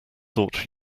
thought